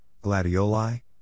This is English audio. gladioli